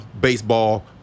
baseball